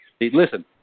Listen